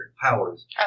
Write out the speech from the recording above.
powers